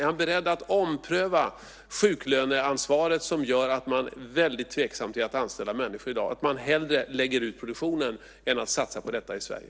Är han beredd att ompröva sjuklöneansvaret som gör att man är väldigt tveksam till att anställa människor i dag så att man hellre lägger ut produktionen än att satsa på detta i Sverige?